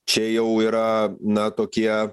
čia jau yra na tokie